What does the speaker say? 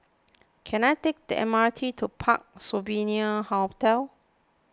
can I take the M R T to Parc Sovereign Hotel